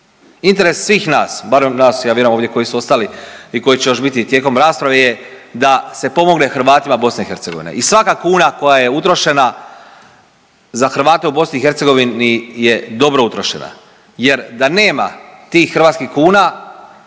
Interes svih nas, barem nas ja vjerujem ovdje koji su ostali i koji će još biti tijekom rasprave je da se pomogne Hrvatima BiH. I svaka kuna koja je utrošena za Hrvate u BiH je dobro utrošena, jer da nema tih hrvatskih kuna